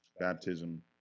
baptism